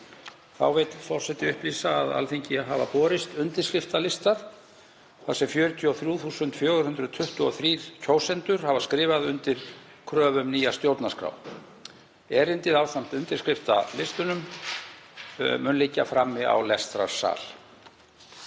Forseti vill upplýsa að Alþingi hafa borist undirskriftalistar þar sem 43.423 kjósendur hafa skrifað undir kröfu um nýja stjórnarskrá. Erindið ásamt undirskriftalistunum mun liggja frammi á lestrarsal.